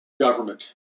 Government